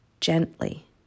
gently